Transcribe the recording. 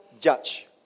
judge